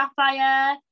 sapphire